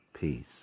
Peace